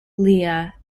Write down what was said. lea